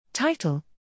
Title